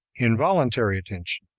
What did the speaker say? involuntary attention.